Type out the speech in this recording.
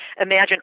imagine